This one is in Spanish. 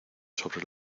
sobre